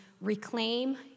Reclaim